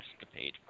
escapade